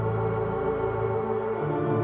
or